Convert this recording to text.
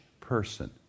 person